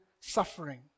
suffering